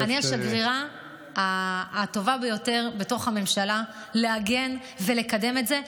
אני השגרירה הטובה ביותר בתוך הממשלה להגן ולקדם את זה.